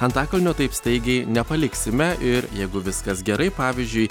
antakalnio taip staigiai nepaliksime ir jeigu viskas gerai pavyzdžiui